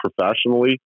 professionally